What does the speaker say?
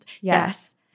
Yes